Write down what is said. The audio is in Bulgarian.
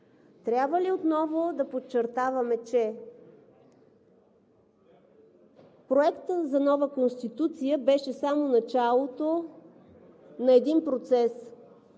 Трябва ли отново да подчертаваме, че Проектът за нова Конституция беше само началото на един процес?